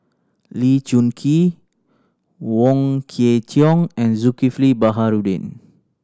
Lee Choon Kee Wong Kwei Cheong and Zulkifli Baharudin